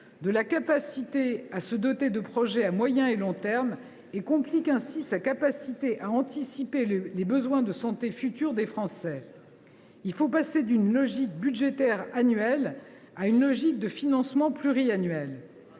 des moyens de porter des projets à moyen et long terme. Elle complique ainsi sa capacité à anticiper les futurs besoins de santé des Français. Il faut passer d’une logique budgétaire annuelle à une logique de financement pluriannuelle.